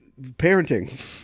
parenting